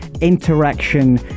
interaction